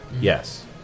Yes